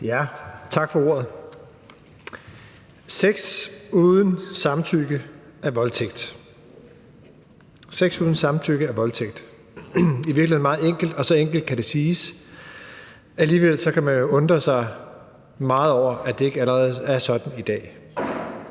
(S): Tak for ordet. Sex uden samtykke er voldtægt. Det er i virkeligheden meget enkelt, og så enkelt kan det siges. Alligevel kan man jo undre sig meget over, at det ikke allerede er sådan i dag.